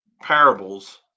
parables